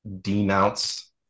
denounce